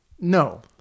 No